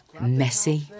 messy